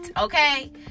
okay